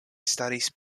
staris